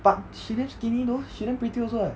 but she damn skinny though she damn pretty also [what]